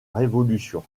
révolution